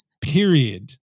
period